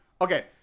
okay